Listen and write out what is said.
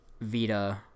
Vita